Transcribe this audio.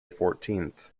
fourteenth